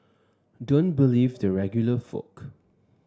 don't believe the regular folk